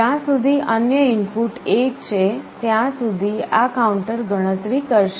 જ્યાં સુધી અન્ય ઇનપુટ 1 છે ત્યાં સુધી આ કાઉન્ટર ગણતરી કરશે